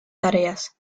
tareas